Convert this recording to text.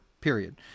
period